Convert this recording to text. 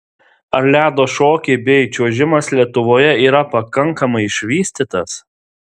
ar ledo šokiai bei čiuožimas lietuvoje yra pakankamai išvystytas